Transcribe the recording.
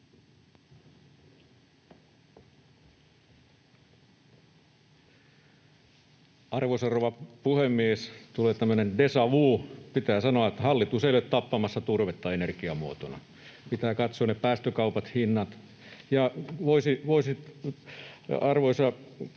Arvoisa rouva puhemies! Tulee tämmöinen déjà-vu: pitää sanoa, että hallitus ei ole tappamassa turvetta energiamuotona. Pitää katsoa ne päästökaupat, hinnat, ja voisi arvoisa edustaja